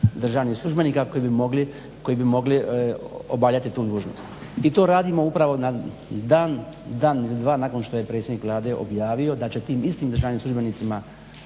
držanih službenika koji bi mogli obavljati tu dužnost i to radimo upravo na dan, dan ili dva nakon što je predsjednik Vlade objavio da će tim istim državnim službenicima